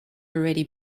already